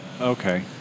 Okay